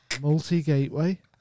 Multi-gateway